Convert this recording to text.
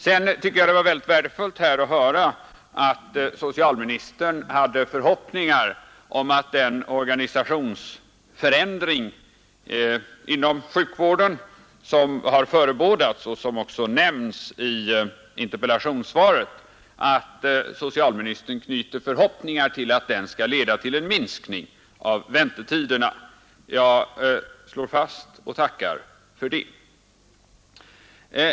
Jag tycker att det var ytterst värdefullt att höra att socialministern har förhoppningar om att den organisationsförändring inom sjukvarden som har förebådats och som också nämns i interpellationssvaret skall leda till en minskning av väntetiderna. Jag slår fast detta och tackar för det.